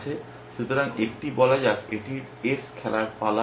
সুতরাং একটি বলা যাক এটির S খেলার পালা